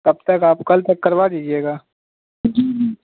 کب تک آپ کل تک کروا دیجیے گا